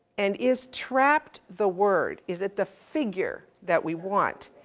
and is trapped the word? is it the figure that we want?